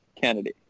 Kennedy